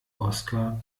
oskar